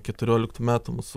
keturioliktų metų mūsų